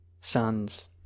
Sons